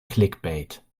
clickbait